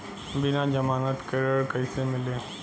बिना जमानत के ऋण कईसे मिली?